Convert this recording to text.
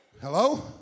Hello